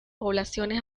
poblaciones